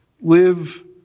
Live